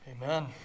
Amen